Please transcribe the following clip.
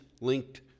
linked